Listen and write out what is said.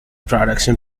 production